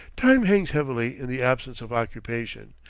time hangs heavily in the absence of occupation,